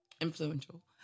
Influential